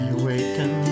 awaken